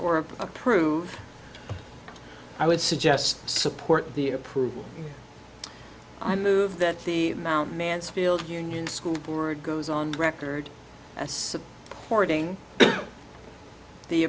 or approve i would suggest support the approval i move that the amount mansfield union school board goes on record as supporting the